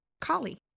Collie